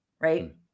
right